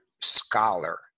scholar